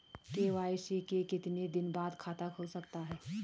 KYC के कितने दिन बाद खाता खुल सकता है?